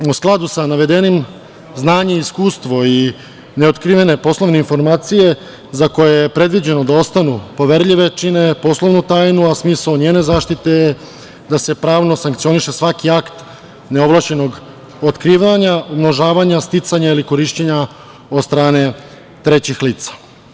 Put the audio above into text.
U skladu sa navedenim, znanje i iskustvo i neotkrivene poslovne informacije, za koje je predviđeno da ostanu poverljive, čine poslovnu tajnu, a smisao njene zaštite je da se pravno sankcioniše svaki akt neovlašćenog otkrivanja, umnožavanja, sticanja ili korišćenja od strane trećih lica.